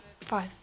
five